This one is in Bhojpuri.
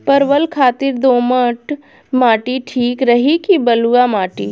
परवल खातिर दोमट माटी ठीक रही कि बलुआ माटी?